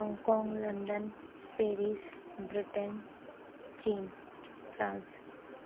Hong Kong London Paris Britain China France